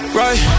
right